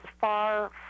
far